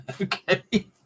Okay